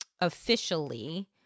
officially